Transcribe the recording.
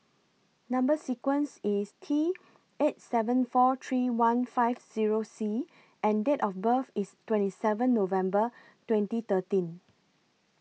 Number sequence IS T eight seven four three one five Zero C and Date of birth IS twenty seven November twenty thirteen